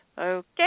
Okay